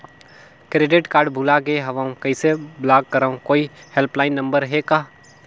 Credit card भुला गे हववं कइसे ब्लाक करव? कोई हेल्पलाइन नंबर हे का?